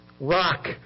Rock